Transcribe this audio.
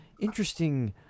interesting